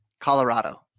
Colorado